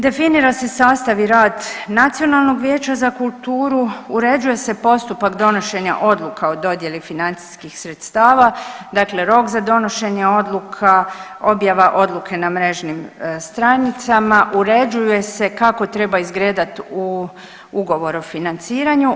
Definira se sastav i rad Nacionalnog vijeća za kulturu, uređuje se postupak donošenja odluka o dodjeli financijskih sredstava, dakle rok za donošenje odluka, objava odluke na mrežnim stranicama, uređuje se kako treba izgledati ugovor o financiranju.